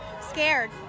scared